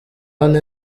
hano